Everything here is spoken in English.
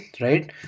right